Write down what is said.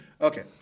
Okay